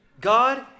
God